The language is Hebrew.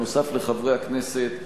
בנוסף לחברי הכנסת,